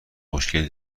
خوشگلی